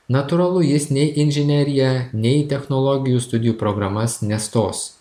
natūralu jis nei į inžineriją nei technologijų studijų programas nestos